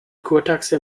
kurtaxe